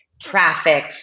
traffic